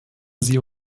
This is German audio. sie